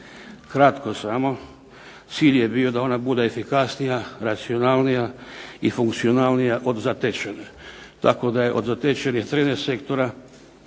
Kratko samo. Cilj je bio da ona bude efikasnija, racionalnija, i funkcionalnija od zatečene, tako da je od zatečenih 13 sektora,